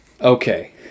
Okay